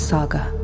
Saga